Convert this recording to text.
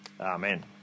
Amen